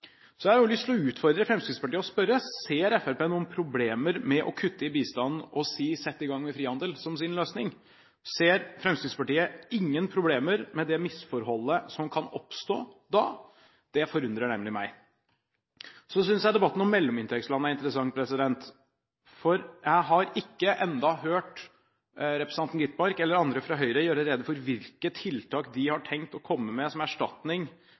Så jeg har lyst til å utfordre Fremskrittspartiet og spørre: Ser Fremskrittspartiet noen problemer med å kutte i bistand og si: sett i gang med frihandel, som sin løsning? Ser Fremskrittspartiet ingen problemer med det misforholdet som kan oppstå da? Det forundrer nemlig meg. Så synes jeg debatten om mellominntektsland er interessant. Jeg har ennå ikke hørt representanten Gitmark eller andre fra Høyre gjøre rede for hvilke tiltak de har tenkt å komme med som erstatning